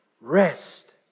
Rest